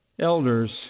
elders